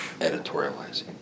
editorializing